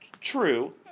True